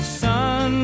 sun